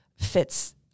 fits